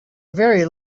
very